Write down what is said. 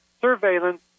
surveillance